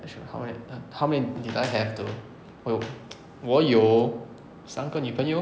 actually how many how how many did I have though 我有我有三个女朋友